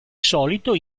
solito